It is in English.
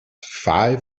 five